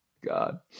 God